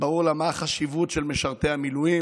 וברור לה מה החשיבות של משרתי המילואים.